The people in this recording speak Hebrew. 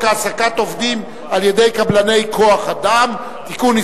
העסקת עובדים על-ידי קבלני כוח-אדם (תיקון,